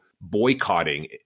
Boycotting